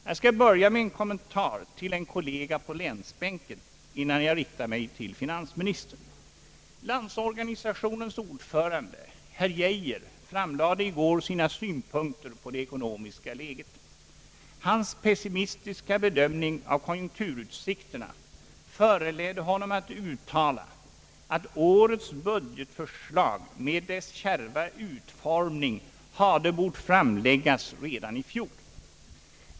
Jag skall börja med en kommentar till en kollega på länsbänken innan jag riktar mig till finansministern. Landsorganisationens ordförande, herr Geijer, framlade i går sina synpunkter på det ekonomiska läget. Hans pessimistiska bedömning av konjunkturutsikterna föranledde honom att uttala att årets budgetförslag med dess kärva utformning hade bort framläggas redan i fjol.